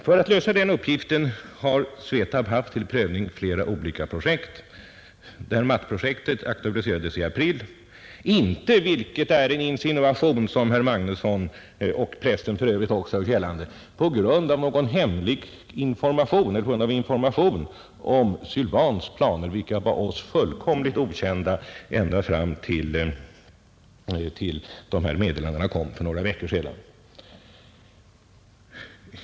För att lösa denna uppgift har Svetab haft till prövning flera olika projekt. Mattprojektet aktualiserades i april, inte — vilket är en insinuation som framförts av herr Magnusson och för övrigt även i pressen — på grundval av någon information om AB Sylvans planer, vilka var fullständigt okända för oss ända fram till dess att uppgifterna härom kom fram för några veckor sedan.